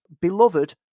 Beloved